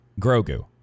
Grogu